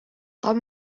tom